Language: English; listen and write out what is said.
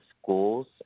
schools